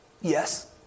Yes